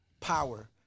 power